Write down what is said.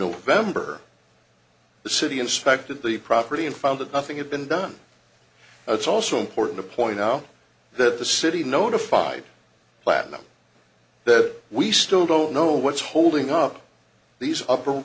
november the city inspected the property and found that nothing had been done it's also important to point out that the city notified platinum that we still don't know what's holding up these upper